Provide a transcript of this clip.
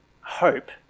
hope